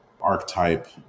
archetype